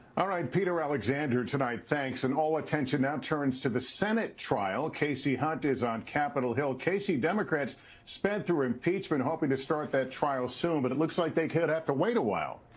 peter alexander tonight. thanks. and all attention and turns to the senate trial. kasie hunt is on capitol hill. kasie, democrats spent their impeachment hoping to start that trial soon, but it looks like they could have to wait a while?